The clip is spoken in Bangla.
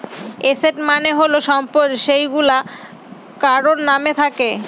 এসেট মানে হল সম্পদ যেইগুলা কারোর নাম থাকে